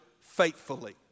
faithfully